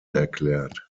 erklärt